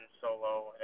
Solo